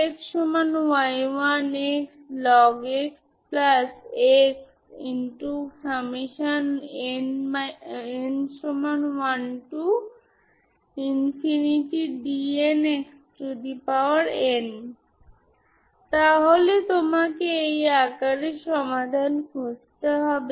একটি সময় সংকেত f দেওয়া হলে আপনি এই ফ্রিকোয়েন্সি বিচ্ছিন্ন ফ্রিকোয়েন্সিগুলি এই প্রশস্ততার সাথে থাকতে পারেন এবং আপনি এটি একত্রিত করতে পারেন